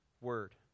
word